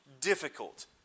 difficult